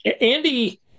Andy